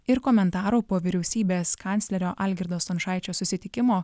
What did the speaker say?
ir komentarų po vyriausybės kanclerio algirdo stončaičio susitikimo